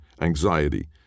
anxiety